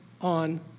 on